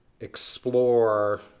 explore